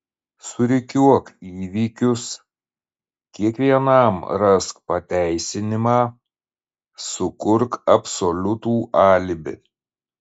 surikiuok įvykius kiekvienam rask pateisinimą sukurk absoliutų alibi